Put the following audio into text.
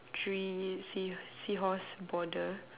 three sea~ seahorse border